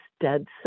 dead